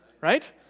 Right